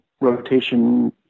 rotation